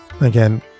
Again